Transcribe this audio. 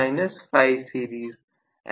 ऐसा डिफरेंशियल में होगा